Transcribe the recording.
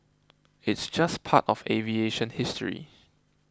it's just part of aviation history